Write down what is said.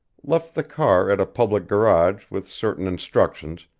left the car at a public garage with certain instructions,